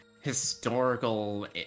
historical